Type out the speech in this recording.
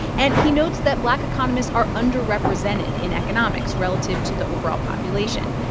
and he notes that black economists are underrepresented in economics relative to the overall population.